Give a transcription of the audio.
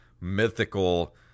mythical